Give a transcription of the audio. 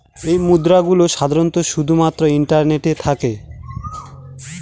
এই মুদ্রা গুলো সাধারনত শুধু মাত্র ইন্টারনেটে থাকে